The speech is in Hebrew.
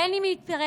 בין שהיא מתפרצת